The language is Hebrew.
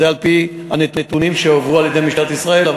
זה על-פי הנתונים שהועברו על-ידי משטרת ישראל.